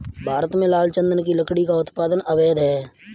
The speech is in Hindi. भारत में लाल चंदन की लकड़ी का उत्पादन अवैध है